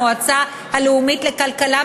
המועצה הלאומית לכלכלה,